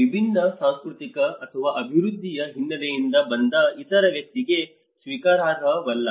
ವಿಭಿನ್ನ ಸಾಂಸ್ಕೃತಿಕ ಅಥವಾ ಅಭಿವೃದ್ಧಿಯ ಹಿನ್ನೆಲೆಯಿಂದ ಬಂದ ಇತರ ವ್ಯಕ್ತಿಗೆ ಸ್ವೀಕಾರಾರ್ಹವಲ್ಲ